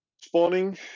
spawning